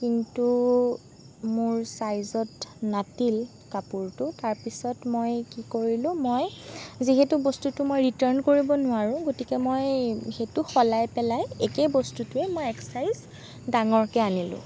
কিন্তু মোৰ ছাইজত নাটিল কাপোৰটো তাৰপিছত মই কি কৰিলোঁ মই যিহেতু বস্তুটো মই ৰিটাৰ্ণ কৰিব নোৱাৰোঁ গতিকে মই সেইটো সলাই পেলাই একে বস্তুটোৱে মই এক ছাইজ ডাঙৰকৈ আনিলোঁ